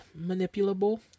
manipulable